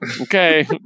okay